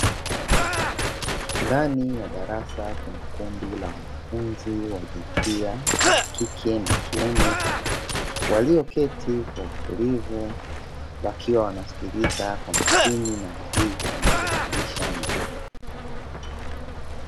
Ndani ya darasa kuna kundi la wanafunzi wa jinsia ya kike na kiume, walioketi kwa utulivu wakiwa wanasikiliza kwa makini na bidii anachofundisha mwalimu.